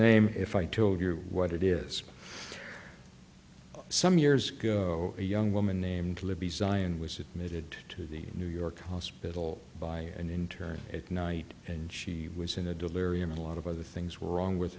name if i told you what it is some years ago a young woman named libby zion was admitted to the new york hospital by an intern at night and she was in a delirium a lot of other things were wrong with